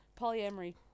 polyamory